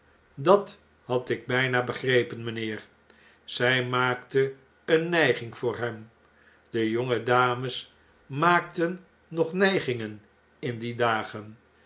dat had ik byna begrepen mijnheer zy maakte een nyging voor hem de jonge dames maakten nog nygingen in die dagen